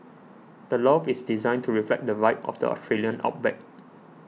the loft is designed to reflect the vibe of the Australian outback